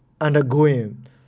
undergoing